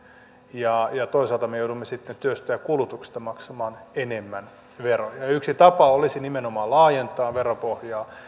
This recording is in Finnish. ja ja toisaalta me joudumme sitten työstä ja kulutuksesta maksamaan enemmän veroja yksi tapa olisi nimenomaan laajentaa veropohjaa